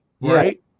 right